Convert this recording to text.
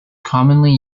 commonly